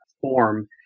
form